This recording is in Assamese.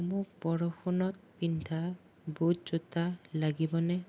মোক বৰষুণত পিন্ধা বুট জোতা লাগিবনে